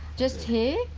just here,